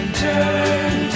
turn